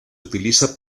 utiliza